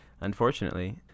unfortunately